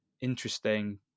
interesting